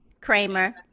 Kramer